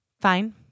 Fine